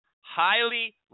highly